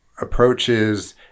approaches